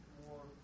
more